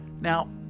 Now